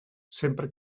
sempre